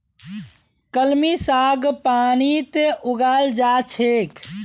कलमी साग पानीत उगाल जा छेक